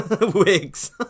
wigs